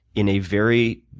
in a very